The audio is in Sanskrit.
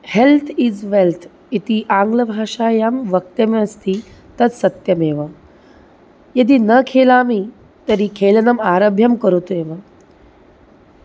हेल्त् इस् वेल्त् इति आङ्ग्लभाषायां उक्तम् अस्ति तत् सत्यमेव यदि न खेलामि तर्हि खेलनम् आरभ्य करोतु एव